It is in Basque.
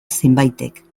zenbaitek